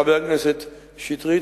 חבר הכנסת שטרית,